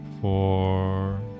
four